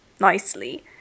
nicely